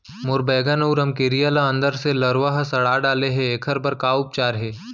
मोर बैगन अऊ रमकेरिया ल अंदर से लरवा ह सड़ा डाले हे, एखर बर का उपचार हे?